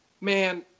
Man